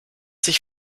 sich